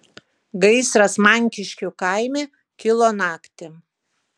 gaisras mankiškių kaime kilo naktį